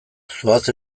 zoaz